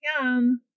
Yum